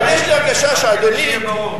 אבל יש לי הרגשה שאדוני רק כדי שיהיה ברור,